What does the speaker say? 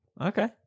okay